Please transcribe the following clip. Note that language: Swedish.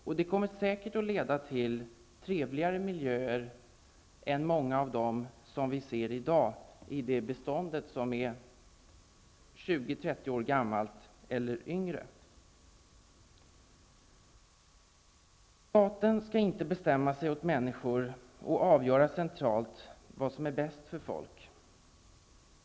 Detta kommer säkert att leda till trevligare miljöer än många av de miljöer som vi upplever i dag i det bestånd som är 20--30 år gammalt eller yngre. Staten skall inte bestämma åt människor och centralt avgöra vad som är bäst för folk.